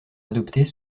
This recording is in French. adopter